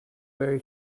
very